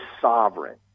sovereign